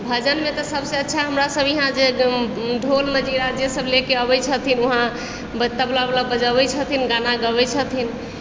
भजनमे तऽ सभसँ अच्छा हमरा सभ इहाँ जे ढोलमझिरा जे सभ लए कऽ आबै छथिन उहाँ तबला उबला बजाबै छथिन गाना गाबै छथिन